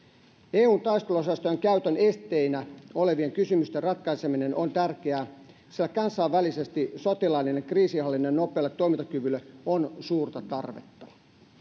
eun taisteluosastojen käytön esteinä olevien kysymysten ratkaiseminen on tärkeää sillä kansainvälisesti sotilaallisen kriisinhallinnan nopealle toimintakyvylle on suurta tarvetta